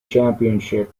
championship